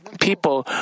people